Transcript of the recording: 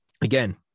again